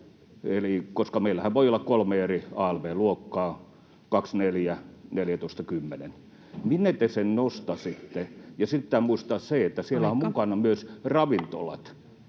koska meillähän voi olla kolme eri alv-luokkaa: 24, 14, 10. Minne te sen nostaisitte? Ja sitten pitää muistaa se, että siellä on [Puhemies: Aika!]